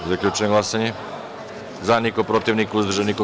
Zaključujem glasanje: za – niko, protiv – niko, uzdržanih – nema.